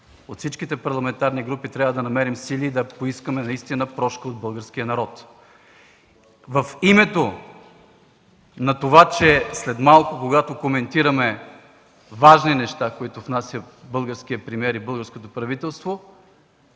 от всички парламентарни сили, трябва да намерим сили да поискаме прошка от българския народ. В името на това, че след малко, когато коментираме важни неща, които внасят българският премиер и българското правителство,